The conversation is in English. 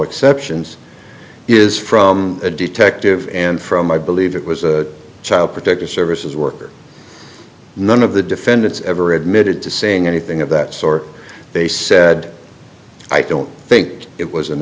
exceptions is from a detective and from i believe it was a child protective services worker none of the defendants ever admitted to saying anything of that sore they said i don't think it was an